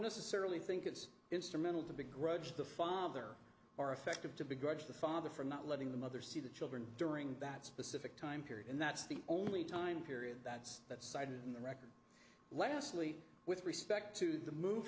necessarily think it's instrumental to begrudge the father or effective to begrudge the father for not letting the mother see the children during that specific time period and that's the only time period that's that cited in the record lastly with respect to the move